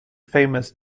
famous